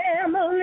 family